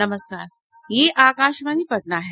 नमस्कार ये आकाशवाणी पटना है